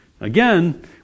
Again